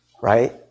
right